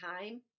Time